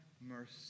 mercy